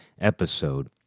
episode